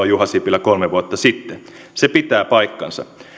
juha sipilä kolme vuotta sitten se pitää paikkansa